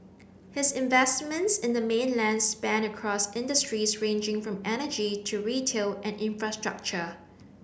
his investments in the mainland span across industries ranging from energy to retail and infrastructure